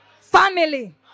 family